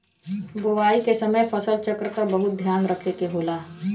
बोवाई के समय फसल चक्र क बहुत ध्यान रखे के होला